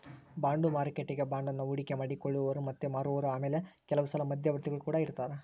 bond ಮಾರುಕಟ್ಟೆಗ ಬಾಂಡನ್ನ ಹೂಡಿಕೆ ಮಾಡಿ ಕೊಳ್ಳುವವರು ಮತ್ತೆ ಮಾರುವವರು ಆಮೇಲೆ ಕೆಲವುಸಲ ಮಧ್ಯವರ್ತಿಗುಳು ಕೊಡ ಇರರ್ತರಾ